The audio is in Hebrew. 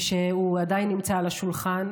ושהוא עדיין נמצא על השולחן,